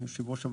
אדוני היושב-ראש,